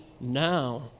now